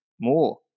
More